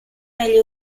negli